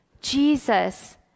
Jesus